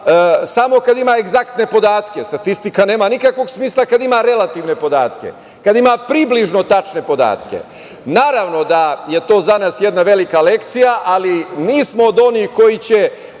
samo kada ima egzaktne podatke. Statistika nema nikakvog smisla kada ima relativne podatke, kada ima približno tačne podatke. Naravno da je to za nas jedna velika lekcija, ali nismo od onih koji će